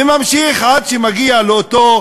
וממשיך עד שמגיע לאותו